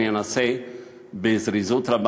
אני אנסה בזריזות רבה,